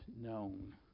known